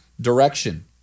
direction